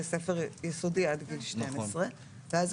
זה חל יומיים, אבל מי